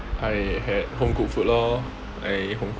I had home-cooked food lor had home-cooked